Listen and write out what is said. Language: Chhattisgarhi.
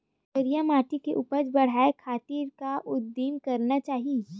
करिया माटी के उपज बढ़ाये खातिर का उदिम करना चाही?